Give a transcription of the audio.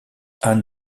anne